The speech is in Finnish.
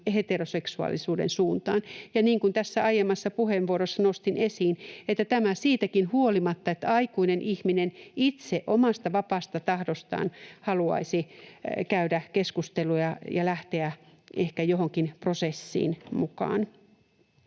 heteroseksuaalisuuden suuntaan. Ja niin kuin tässä aiemmassa puheenvuorossa nostin esiin, tämä siitäkin huolimatta, että aikuinen ihminen itse omasta vapaasta tahdostaan haluaisi käydä keskusteluja ja lähteä ehkä johonkin prosessiin mukaan.